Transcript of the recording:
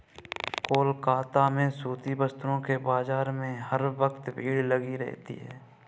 कोलकाता में सूती वस्त्रों के बाजार में हर वक्त भीड़ लगी रहती है